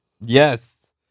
Yes